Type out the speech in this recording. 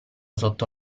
sotto